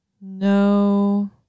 No